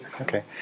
Okay